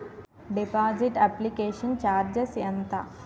Deposit application charges ఎంత?